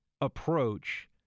approach